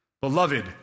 beloved